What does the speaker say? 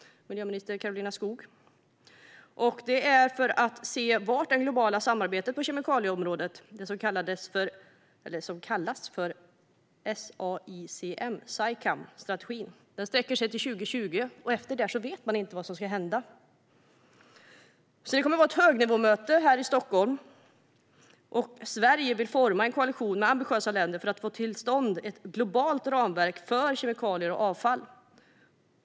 Mötet ska titta på det globala samarbetet på kemikalieområdet, den så kallade Saicmstrategin. Den sträcker sig till 2020. Därefter vet man inte vad som ska hända. Det kommer att vara ett högnivåmöte i Stockholm. Sverige vill forma en koalition med ambitiösa länder för att få till stånd ett globalt ramverk för kemikalier och avfall.